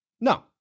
No